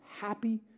happy